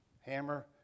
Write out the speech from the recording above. Hammer